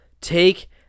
take